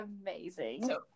amazing